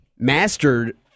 mastered